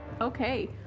Okay